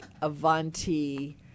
Avanti